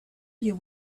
you